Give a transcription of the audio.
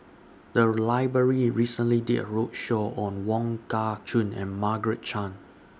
The Library recently did A roadshow on Wong Kah Chun and Margaret Chan